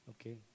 Okay